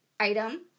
Item